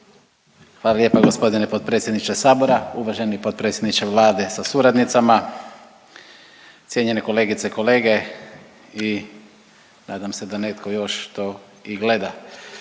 Hvala lijepa gospodine potpredsjedniče sabora. Uvaženi potpredsjedniče Vlade sa suradnicama, cijenjene kolegice i kolege i nadam se da netko još to i gleda.